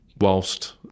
whilst